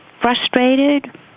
frustrated